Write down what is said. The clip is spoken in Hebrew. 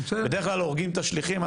בדרך כלל הורגים את השליחים.